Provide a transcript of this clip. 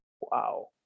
Wow